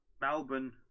Melbourne